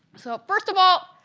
so, first of all,